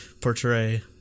portray